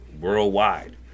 worldwide